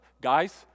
Guys